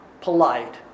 polite